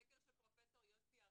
זה סקר של פרופ' יוסי הראל,